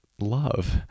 love